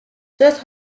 just